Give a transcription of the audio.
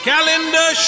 Calendar